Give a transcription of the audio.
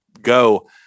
go